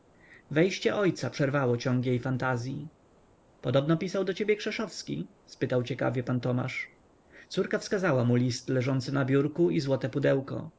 wejście ojca przerwało ciąg jej fantazyi podobno pisał do ciebie krzeszowski zapytał ciekawie pan tomasz córka wskazała mu list leżący na biurku i złote pudełko